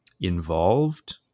involved